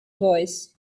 voice